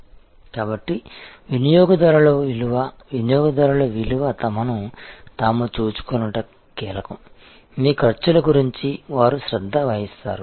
కాబట్టి వినియోగదారుల విలువ వినియోగదారుల విలువ తమను తాము చూచుకొనుట కీలకం మీ ఖర్చుల గురించి వారు శ్రద్ధ వహిస్తారు